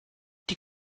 die